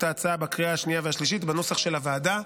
ההצעה בקריאה השנייה ובקריאה השלישית בנוסח של הוועדה.